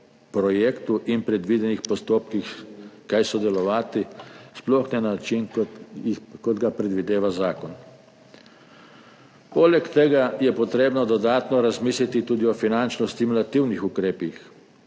in predvidenih postopkih kaj sodelovati, sploh ne na način, kot ga predvideva zakon. Poleg tega je treba dodatno razmisliti tudi o finančno stimulativnih ukrepih.